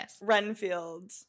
Renfield